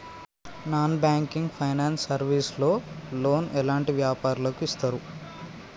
Non banking finance service లో loan ఎలాంటి వ్యాపారులకు ఇస్తరు?